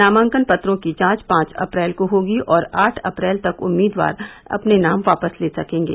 नामांकन पत्रों की जांच पांच अप्रैल को होगी और आठ अप्रैल तक उम्मीदवार नाम वापस ले सकेंगे